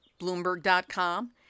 Bloomberg.com